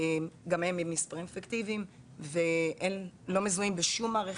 גם הם עם מספרים פיקטיביים והם לא מזוהים בשום מערכת,